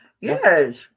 Yes